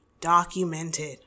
documented